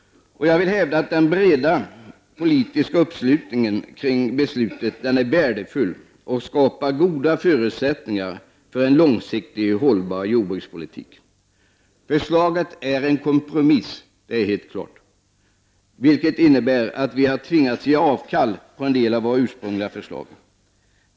Jag hävdar att den breda politiska uppslutningen kring beslutet är värdefull och skapar goda förutsättningar för en långsiktigt hållbar jordbrukspolitik. Det är helt klart att förslaget är en kompromiss. Det innebär att vi har tvingats avstå från en del av våra ursprungliga förslag.